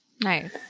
nice